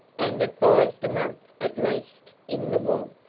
and advised a month at least in the warmth.